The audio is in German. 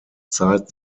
zeit